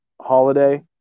holiday